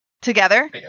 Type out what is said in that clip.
Together